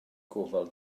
gofal